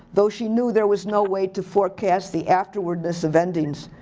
though she knew there was no way to forecast the afterwardness of endings.